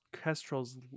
kestrel's